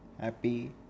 happy